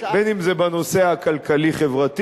בין שזה בנושא הכלכלי-חברתי,